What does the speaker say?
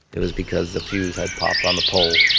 it was because the fuse had popped on the pole,